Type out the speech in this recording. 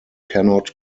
cannot